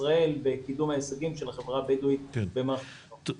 ישראל בקידום ההישגים של החברה הבדואית במערכת החינוך.